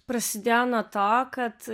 prasidėjo nuo to kad